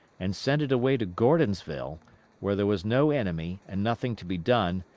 and send it away to gordonsville where there was no enemy and nothing to be done,